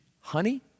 honey